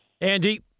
Andy